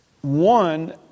one